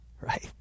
right